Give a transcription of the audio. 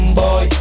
boy